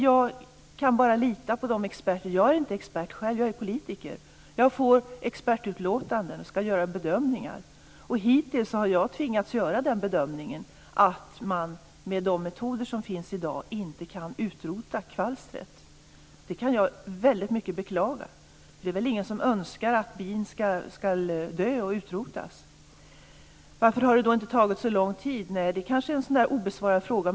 Jag är inte själv expert, jag är politiker. Jag får expertutlåtanden och ska göra bedömningar. Hittills har jag tvingats göra den bedömningen att man med de metoder som finns i dag inte kan utrota kvalstret. Det kan jag mycket beklaga. Det är väl ingen som önskar att bin ska dö och utrotas. Varför har det då inte tagit så lång tid? Det kanske är en sådan där obesvarad fråga.